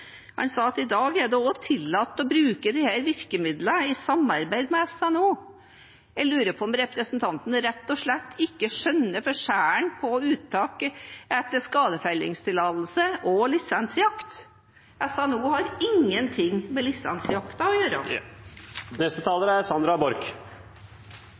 Han sa at i dag er det tillatt å bruke disse virkemidlene i samarbeid med SNO. Jeg lurer på om representanten rett og slett ikke skjønner forskjellen på uttak etter skadefellingstillatelse og lisensjakt. SNO har ingenting med lisensjakten å gjøre.